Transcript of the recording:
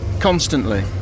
Constantly